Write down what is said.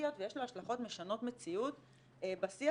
נורמטיביות ויש לו השלכות משנות מציאות בשיח